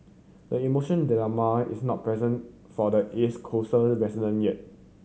the emotion dilemma is not present for the East Coast the resident yet